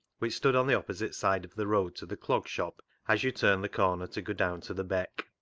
which stood on the opposite side of the road to the clog shop as you turned the corner to go down to the beck.